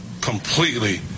completely